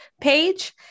page